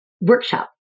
workshop